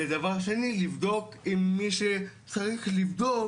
ודבר שני, לבדוק עם מי שצריך לבדוק,